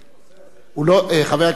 חבר הכנסת מגלי,